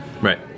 Right